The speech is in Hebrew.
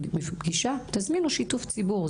בפגישה תזמינו שיתוף ציבור,